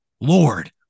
Lord